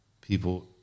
people